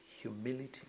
humility